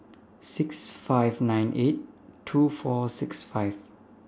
six five nine eight two four six five